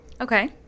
okay